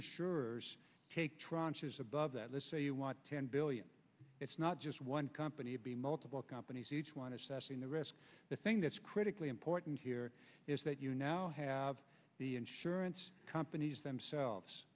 insurers take tranche is above that let's say you want ten billion it's not just one company be multiple companies each one assessing the risk the thing that's critically important here is that you now have the insurance companies themselves